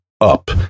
up